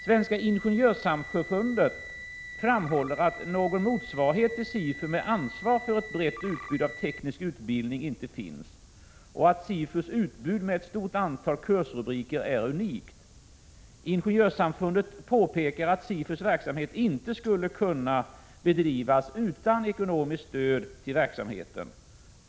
Svenska ingenjörssamfundet framhåller att någon motsvarighet till SIFU, med ansvar för ett brett utbud av teknisk utbildning, inte finns och att SIFU:s utbud med ett stort antal kursrubriker är unikt. Ingenjörssamfundet påpekar att SIFU:s verksamhet inte skulle kunna bedrivas utan ekonomiskt stöd till verksamheten.